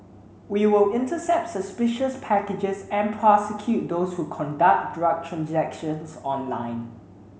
we will intercept suspicious packages and prosecute those who conduct drug transactions online